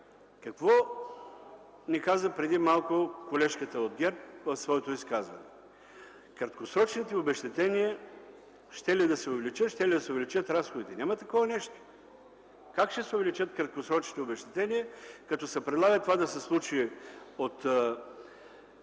Какво не каза преди малко колежката от ГЕРБ в своето изказване? Краткосрочните обезщетения щели да се увеличат, щели да се увеличат разходите – няма такова нещо. Как ще се увеличат краткосрочните обезщетения като се предлага това да се случи от